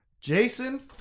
Jason